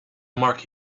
mark